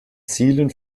zielen